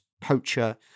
poacher